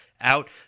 out